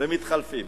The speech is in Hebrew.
ומתחלפים.